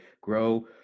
grow